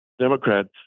Democrats